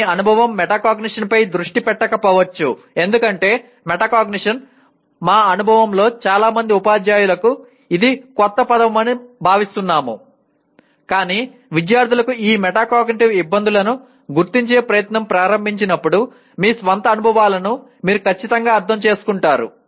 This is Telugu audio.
మీ అనుభవం మెటాకాగ్నిషన్ పై దృష్టి పెట్టకపోవచ్చు ఎందుకంటే మెటాకాగ్నిషన్ మా అనుభవం లో చాలా మంది ఉపాధ్యాయులకు ఇది క్రొత్త పదమని భావిస్తున్నాము కానీ విద్యార్థులకు ఈ మెటాకాగ్నిటివ్ ఇబ్బందులను గుర్తించే ప్రయత్నం ప్రారంభించినప్పుడు మీ స్వంత అనుభవాలను మీరు ఖచ్చితంగా అర్థం చేసుకుంటారు